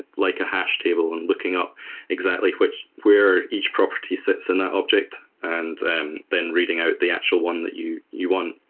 like a hash table and looking up exactly where each property sits in that object and and then reading out the actual one that you you want.